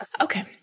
Okay